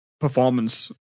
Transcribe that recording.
performance